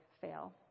fail